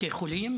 בתי חולים.